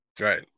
Right